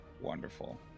Wonderful